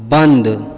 बन्द